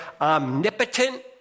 omnipotent